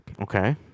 Okay